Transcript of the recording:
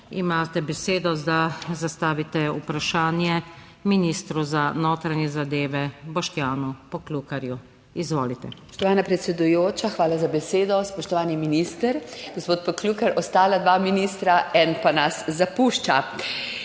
Imate besedo, da zastavite vprašanje ministru za notranje zadeve Boštjanu Poklukarju. Izvolite.